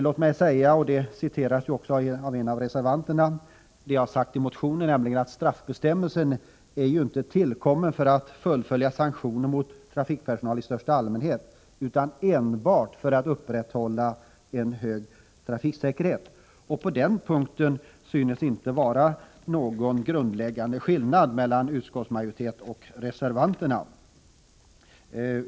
Låt mig nämna det som jag har anfört i motionen — vilket också citerats av en av reservanterna — nämligen att straffbestämmelsen inte är tillkommen för att fullfölja sanktioner mot trafikpersonal i största allmänhet utan enbart för att upprätthålla en hög trafiksäkerhet. På den punkten synes det inte vara någon grundläggande skillnad mellan utskottsmajoritet och reservanter.